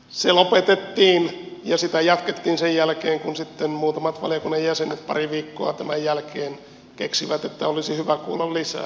se lopetettiin ja sitä jatkettiin sen jälkeen kun sitten muutamat valiokunnan jäsenet pari viikkoa tämän jälkeen keksivät että olisi hyvä kuulla lisää